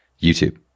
youtube